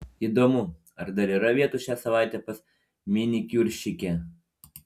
įdomu ar dar yra vietų šią savaitę pas minikiūrščikę